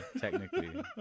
technically